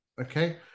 Okay